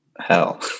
hell